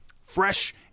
fresh